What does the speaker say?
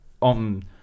on